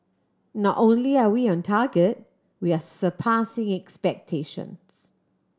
not only are we on target we are surpassing expectations